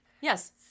Yes